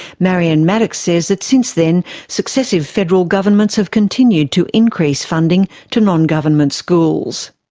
marion maddox says that since then successive federal governments have continued to increase funding to non-government schools.